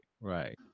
Right